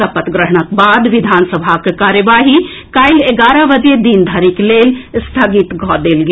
सपत ग्रहणक बाद विधानसभाक कार्यवाही काल्हि एगारह बजे दिन धरिक लेल स्थगित कऽ देल गेल